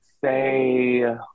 say